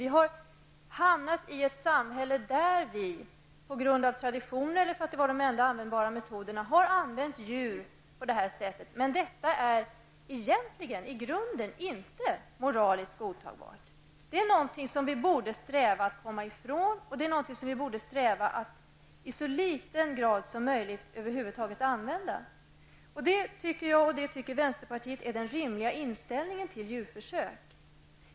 Vi har fått ett samhälle, där vi på grund av tradition eller därför att det inte har funnits några andra användbara metoder har använt djur på detta sätt. Men detta är i grunden inte moraliskt godtagbart. Vi borde sträva efter att komma ifrån detta och efter att i så låg grad som möjligt över huvud taget använda oss av djurförsök. Det tycker vi i vänsterpartiet är en rimlig inställning till just djurförsöken.